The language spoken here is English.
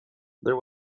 there